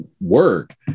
work